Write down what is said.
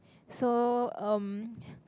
so um